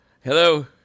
Hello